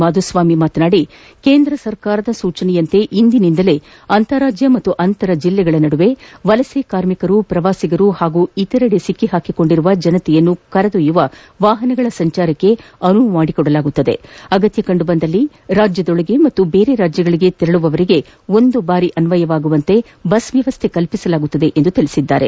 ಮಾಧುಸ್ವಾಮಿ ಮಾತನಾಡಿ ಕೇಂದ್ರದ ಸೂಚನೆಯಂತೆ ಇಂದಿನಿಂದಲೇ ಅಂತಾರಾಜ್ಯ ಮತ್ತು ಅಂತರ್ ಜಿಲ್ಲೆಗಳ ನಡುವೆ ವಲಸೆ ಕಾರ್ಮಿಕರು ಪ್ರವಾಸಿಗರು ಹಾಗೂ ಇತರೆಡೆ ಸಿಲುಕಿರುವ ಜನರನ್ನು ಕೊಂಡೊಯ್ಲುವ ವಾಹನಗಳ ಸಂಚಾರಕ್ಕೆ ಅನುವು ಮಾಡಿಕೊಡಲಾಗುವುದು ಅಗತ್ಯ ಕಂಡುಬಂದರೆ ರಾಜ್ಯದ ಒಳಗೆ ಹಾಗೂ ಬೇರೆ ರಾಜ್ಯಗಳಿಗೆ ತೆರಳುವವರಿಗೆ ಒಂದು ಬಾರಿ ಅನ್ವಯವಾಗುವಂತೆ ಬಸ್ ವ್ಯವಸ್ನೆ ಕಲ್ಲಿಸಲಾಗುವುದು ಎಂದರು